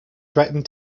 threatened